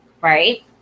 right